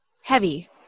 heavy